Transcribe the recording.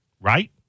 right